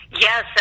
Yes